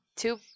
two